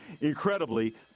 Incredibly